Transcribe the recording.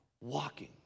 walking